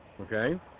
Okay